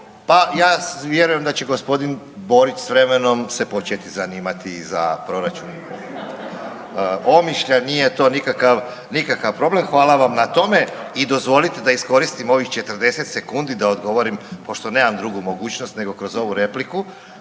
Pa ja vjerujem da će g. Borić s vremenom se početi zanimati i za proračun Omišlja, nije to nikakav problem, hvala vam na tome i dozvolite da iskoristim ovih 40 sekundi da odgovorim, pošto nemam drugu mogućnost nego kroz ovu repliku